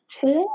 today